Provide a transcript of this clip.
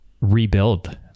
rebuild